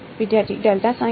વિદ્યાર્થી delta sin